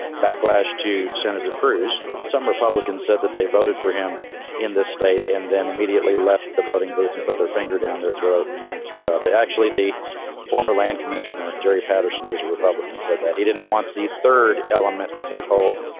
backlash to senator cruz. some republicans said that they voted for him in this state and then immediately left the voting booth and put their finger down their throat and and threw up. but actually, the former land commissioner, jerry patterson, a republican, said that he didn't want the third element to take hold.